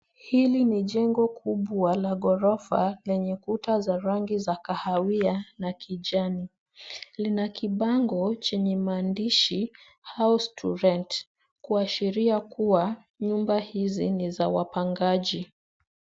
Hili ni jengo kubwa la ghorofa lenye kuta za rangi za kahawia na kijani. Lina kibango chenye maandishi house to rent kuashiria kuwa nyumba hizi ni za wapangaji.